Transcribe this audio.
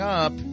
up